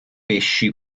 pesci